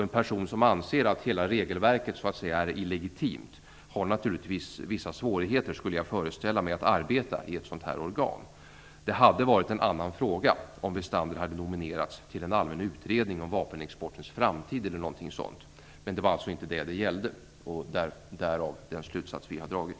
En person som anser att hela regelverket är illegitimt har naturligtvis vissa svårigheter att arbeta i ett sådant organ, skulle jag föreställa mig. Det hade varit en annan fråga om Westander hade nominerats till en allmän utredning om vapenexportens framtid eller något sådant. Men det var alltså inte detta det gällde, och därav kommer den slutsats vi har dragit.